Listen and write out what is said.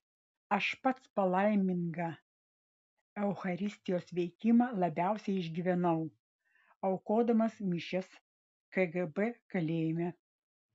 aš pats palaimingą eucharistijos veikimą labiausiai išgyvenau aukodamas mišias kgb kalėjime